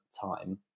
time